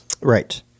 Right